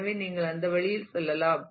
எனவே நீங்கள் அந்த வழியாக செல்லலாம்